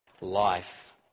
life